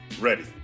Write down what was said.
ready